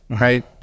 right